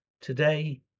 today